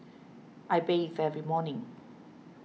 I bathe every morning